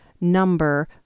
number